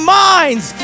minds